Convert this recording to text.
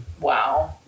Wow